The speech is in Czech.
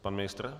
Pan ministr?